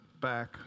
back